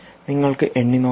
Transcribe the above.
നിങ്ങൾക്ക് എണ്ണി നോക്കാം